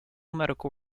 medical